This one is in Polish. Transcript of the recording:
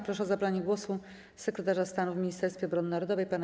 Proszę o zabranie głosu sekretarza stanu w Ministerstwie Obrony Narodowej pana